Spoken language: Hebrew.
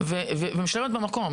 ומשלמת במקום.